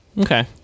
Okay